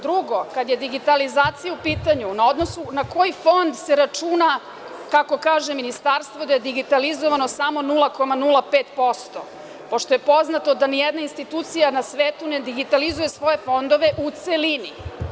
Drugo, kada je digitalizacija u pitanju, na koji fond se računa, kako kaže ministarstvo, digitalizovano samo 0,05%, pošto je poznato da ni jedna institucija na svetu ne digitalizuje svoje fondove u celini.